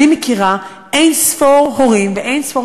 אני מכירה אין-ספור הורים ואין-ספור